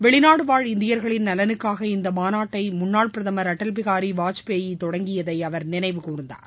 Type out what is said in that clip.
வெளிநாடு வாழ் இந்தியர்களின் நலனுக்காக இந்த மாநாட்டை முன்னாள் பிரதமர் அடல் பிகாரி வாஜ்பாய் தொடங்கியதை அவர் நினைவுகூர்ந்தார்